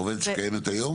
העובדת שקיימת היום?